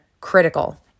critical